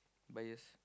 bias